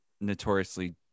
notoriously